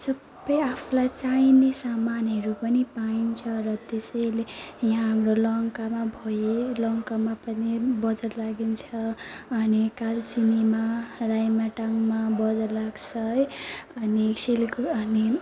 सबै आफूलाई चाहिने सामानहरू पनि पाइन्छ र त्यसैले यहाँ हाम्रो लङ्कामा भए लङ्कामा पनि बजार लाग्छ अनि कालचिनीमा रायमाटाङमा बजार लाग्छ है अनि सिलको अनि